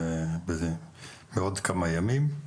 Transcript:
בעוד כמה ימים.